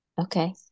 okay